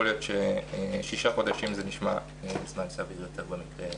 יכול להיות ששישה חודשים נשמע זמן סביר יותר במקרה הזה,